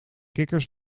kikkers